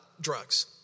drugs